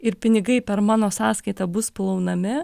ir pinigai per mano sąskaitą bus plaunami